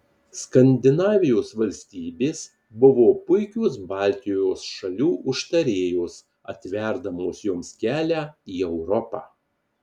skandinavijos valstybės buvo puikios baltijos šalių užtarėjos atverdamos joms kelią į europą